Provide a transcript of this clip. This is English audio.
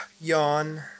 Yawn